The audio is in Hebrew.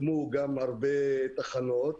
הוקמו גם הרבה תחנות.